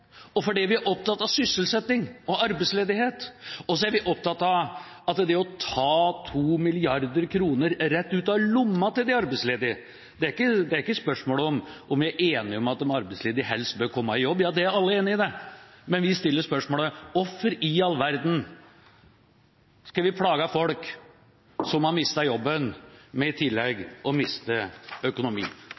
og fordi vi er opptatt av sysselsetting og arbeidsledighet. Og så er vi opptatt av det å ta 2 mrd. kr rett ut av lomma til de arbeidsledige. Det er ikke spørsmål om vi er enige om at de arbeidsledige helst bør komme i jobb – det er alle enige om. Men vi stiller spørsmålet: Hvorfor i all verden skal vi plage folk som har mistet jobben, med i tillegg å miste økonomi?